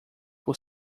por